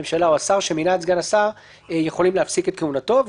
הממשלה או השר שמינה את סגן השר יכולים להפסיק את כהונתו,